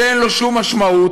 שאין לו שום משמעות,